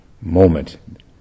moment